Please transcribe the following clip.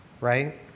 right